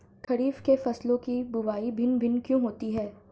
खरीफ के फसलों की बुवाई भिन्न भिन्न क्यों होती है?